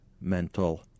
mental